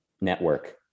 network